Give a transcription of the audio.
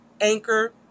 Anchor